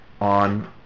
on